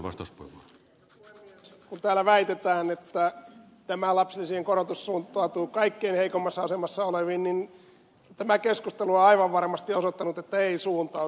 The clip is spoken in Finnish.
kun täällä väitetään että tämä lapsilisien korotus suuntautuu kaikkein heikoimmassa asemassa oleviin niin tämä keskustelu on aivan varmasti osoittanut että ei suuntaudu